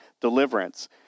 deliverance